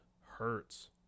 hurts